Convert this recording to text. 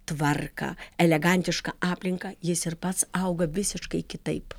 tvarką elegantišką aplinką jis ir pats auga visiškai kitaip